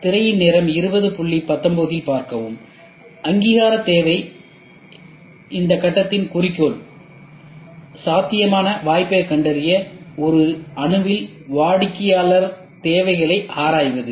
திரையின் நேரம் 2019 இல் பார்க்கவும் அங்கீகாரத்தேவை இந்த கட்டத்தின் குறிக்கோள் சாத்தியமான வாய்ப்பைக் கண்டறிய ஒரு அணுவில் வாடிக்கையாளர் தேவைகளை ஆராய்வது